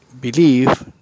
believe